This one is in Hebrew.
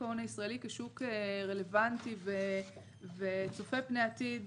ההון הישראלי כשוק רלוונטי וצופה פני עתיד,